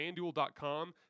fanduel.com